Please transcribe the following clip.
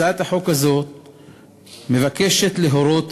הצעת החוק הזאת מבקשת להורות